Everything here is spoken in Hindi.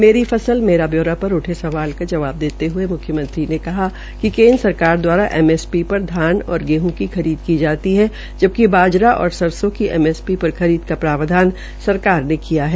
मेरी फसल मेरा ब्यौरा पर उठे सवाल का जवाब दते हये मुख्यमंत्री ने कहा कि केन्द्र सरकार दवारा एमएसपी पर धान और गेहं की खरीद की जाती है जबकि बाजरा और सरसों की एमएसपी पर खरीद का प्रावधान सरकार ने किया है